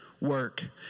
work